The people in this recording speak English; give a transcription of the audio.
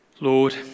Lord